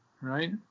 right